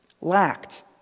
lacked